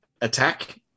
attack